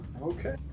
Okay